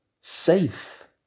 safe